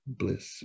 bliss